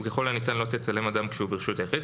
וככל הניתן לא תצלם אדם כשהוא ברשות היחיד".